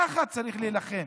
ככה צריך להילחם.